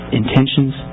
intentions